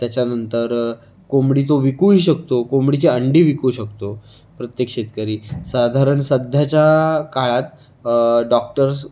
त्याच्यानंतर कोंबडी तो विकूही शकतो कोंबडीची अंडी विकू शकतो प्रत्येक शेतकरी साधारण सध्याच्या काळात डॉक्टर्स